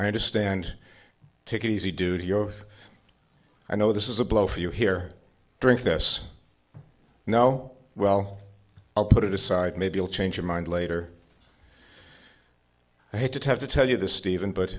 i understand take it easy duty oh i know this is a blow for you here drink this now well i'll put it aside maybe i'll change your mind later i had to to have to tell you this stephen but